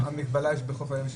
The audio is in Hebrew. יש מגבלה בחוף הים?